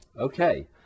Okay